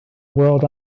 world